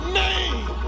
name